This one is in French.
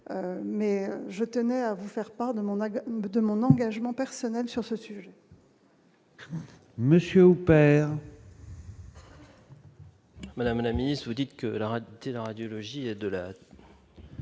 mais je tenais à vous faire part de mon âge de mon engagement personnel sur ce sujet. Monsieur. Madame la Ministre, vous dites que la réalité, la radiologie et de la.